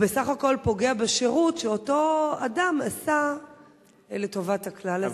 הוא בסך הכול פוגע בשירות שאותו אדם עשה לטובת הכלל.